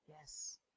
yes